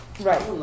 Right